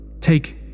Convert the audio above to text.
take